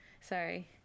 Sorry